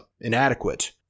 inadequate